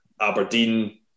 Aberdeen